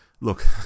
look